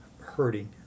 hurting